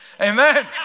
Amen